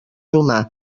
humà